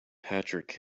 patrick